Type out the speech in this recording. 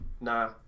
nah